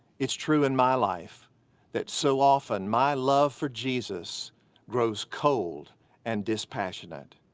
it's true in my life that so often my love for jesus grows cold and dispassionate.